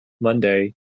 Monday